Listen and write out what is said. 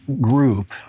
group